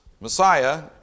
Messiah